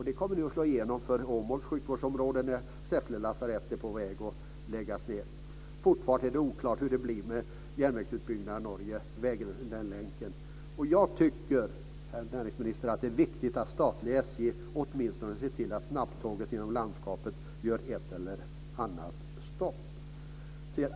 Det kommer nu att slå igenom för Åmåls sjukvårdsområde där Säffle lasarett är på väg att läggas ned. Vidare är det fortfarande oklart hur det blir med järnvägsutbyggnaden mot Norge och den länken. Jag tycker, herr näringsminister, att det är viktigt att statliga SJ åtminstone ser till att snabbtåget genom landskapet gör ett och annat stopp.